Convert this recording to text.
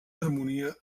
harmonia